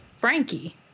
Frankie